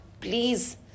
please